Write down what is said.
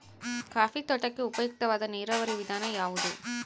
Coffee ತೋಟಕ್ಕೆ ಉಪಯುಕ್ತವಾದ ನೇರಾವರಿ ವಿಧಾನ ಯಾವುದು?